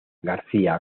garcía